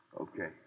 Okay